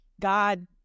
god